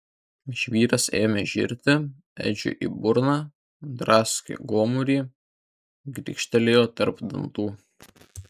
žvyras ėmė žirti edžiui į burną draskė gomurį grikštelėjo tarp dantų